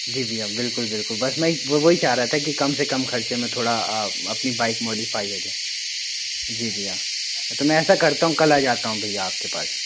जी भईया बिल्कुल बिल्कुल बस मैं वही चाह रहा था कि कम से कम खर्चे में थोड़ा अपनी बाइक मॉडिफाई हो जाए जी भइया तो मैं ऐसा करता हूँ कल आ जाता हूँ भईया आपके पास